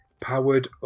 Powered